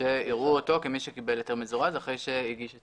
שיראו אותו כמי שקיבל היתר מזורז אחרי שהגיש.